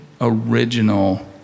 original